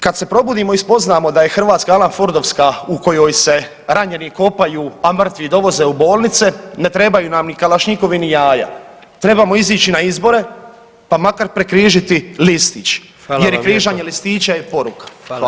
Kad se probudimo i spoznamo da je Hrvatska Alan Fordovska u kojoj se ranjeni kopaju, a mrtvi dovoze u bolnice ne trebaju nam ni kalašnjikovi, ni jaja, trebamo izići na izbore, pa makar prekrižiti listić [[Upadica: Hvala vam lijepo]] jer i križanje listića je poruka.